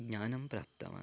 ज्ञानं प्राप्तवान्